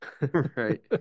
Right